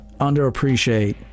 underappreciate